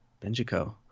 Benjico